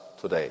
today